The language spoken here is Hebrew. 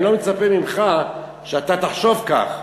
אני לא מצפה ממך שאתה תחשוב כך,